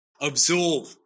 absorb